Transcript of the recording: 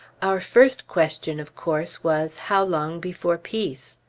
our first question, of course, was, how long before peace?